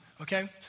okay